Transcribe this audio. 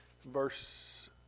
verse